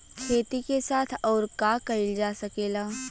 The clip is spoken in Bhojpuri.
खेती के साथ अउर का कइल जा सकेला?